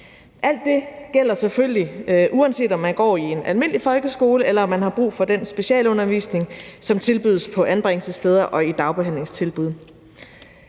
Alt det gælder selvfølgelig, uanset om man går i en almindelig folkeskole, eller om man har brug for den specialundervisning, som tilbydes på anbringelsessteder og i dagbehandlingstilbud.